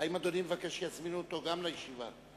האם אדוני מבקש שיזמינו גם אותו לישיבה?